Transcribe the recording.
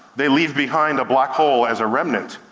they leave behind a black hole as a remnant.